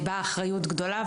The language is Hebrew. באה האחריות הגדולה.